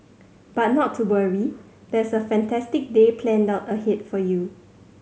but not to worry there's a fantastic day planned out ahead for you